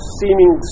seeming